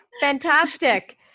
Fantastic